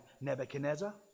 Nebuchadnezzar